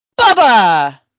Bubba